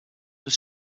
were